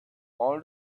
all